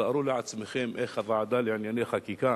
תארו לעצמכם איך הוועדה לענייני חקיקה